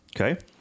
okay